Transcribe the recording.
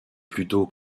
plutôt